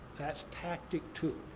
that's tactic two.